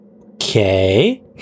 Okay